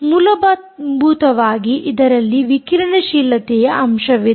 ಮೂಲಭೂತವಾಗಿ ಇದರಲ್ಲಿ ವಿಕಿರಣಶೀಲತೆಯ ಅಂಶವಿದೆ